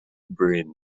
brain